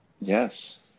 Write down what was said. yes